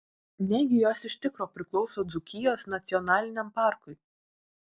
negi jos iš tikro priklauso dzūkijos nacionaliniam parkui